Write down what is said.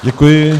Děkuji.